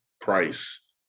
price